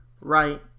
right